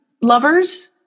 lovers